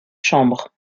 chambres